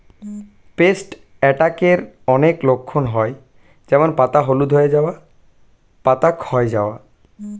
paste অ্যাটাকের অনেক লক্ষণ হয় যেমন পাতা হলুদ হয়ে যাওয়া, পাতা ক্ষয় যাওয়া